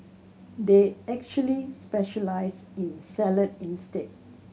they actually specialise in salad instead